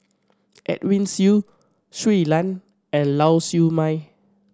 Edwin Siew Shui Lan and Lau Siew Mei